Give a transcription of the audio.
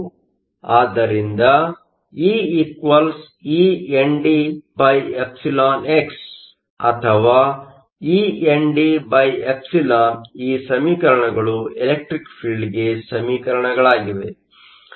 ಆದ್ದರಿಂದ EeNDεx ಅಥವಾ eNDε ಈ ಸಮೀಕರಣಗಳು ಎಲೆಕ್ಟ್ರಿಕ್ ಫೀಲ್ಡ್Electreic fieldಗೆ ಸಮೀಕರಣಗಳಾಗಿವೆ